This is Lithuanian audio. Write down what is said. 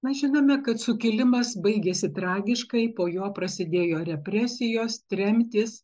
mes žinome kad sukilimas baigėsi tragiškai po jo prasidėjo represijos tremtys